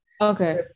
okay